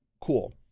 cool